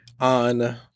on